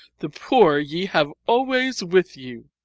the poor ye have always with you.